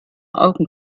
augen